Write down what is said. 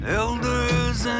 elders